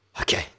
Okay